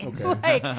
Okay